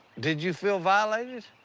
did you feel violated?